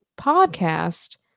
podcast